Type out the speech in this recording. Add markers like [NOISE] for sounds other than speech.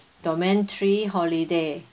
domain three holiday [BREATH]